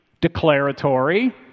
declaratory